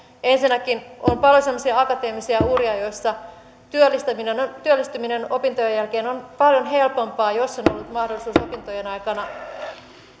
ensinnäkin on paljon semmoisia akateemisia uria joissa työllistyminen opintojen jälkeen on paljon helpompaa jos on ollut mahdollisuus opintojen aikana